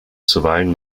zuweilen